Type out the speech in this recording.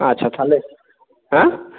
আচ্ছা তাহলে হ্যাঁ